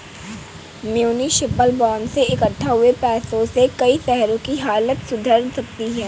municipal bond से इक्कठा हुए पैसों से कई शहरों की हालत सुधर सकती है